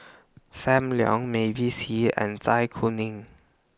SAM Leong Mavis and Zai Kuning